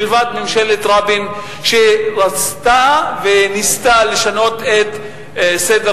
מלבד ממשלת רבין שרצתה וניסתה לשנות את סדר